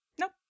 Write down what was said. nope